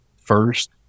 first